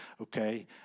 okay